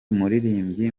umuririmbyi